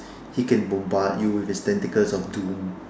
he can bombard you with his tentacles of doom